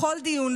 לכל דיון,